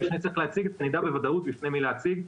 שנצטרך להציג את זה נדע בוודאות בפני מי להציג,